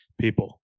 People